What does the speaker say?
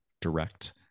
direct